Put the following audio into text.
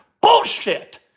Bullshit